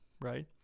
Right